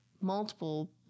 multiple